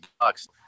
bucks